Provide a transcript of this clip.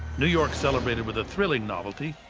new york celebrated with a thrilling novelty